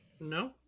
No